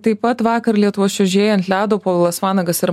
taip pat vakar lietuvos čiuožėjai ant ledo povilas vanagas ir